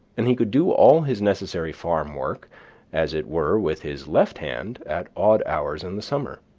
and he could do all his necessary farm work as it were with his left hand at odd hours in the summer